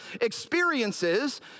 experiences